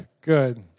good